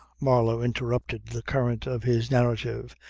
marlow interrupted the current of his narrative,